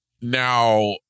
Now